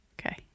Okay